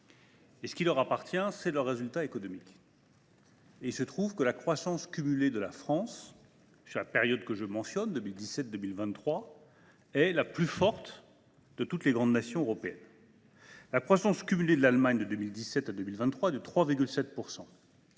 ce qui leur appartient : leur résultat économique. Il se trouve que la croissance cumulée de la France sur la période 2017 2023 est la plus forte parmi toutes les grandes nations européennes : la croissance cumulée de l’Allemagne de 2017 à 2023 est de 3,7